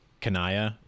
Kanaya